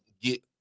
get